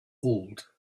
old